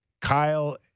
Kyle